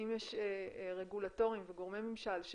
אם יש רגולטורים וגורמי ממשל,